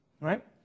right